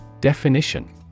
Definition